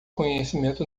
conhecimento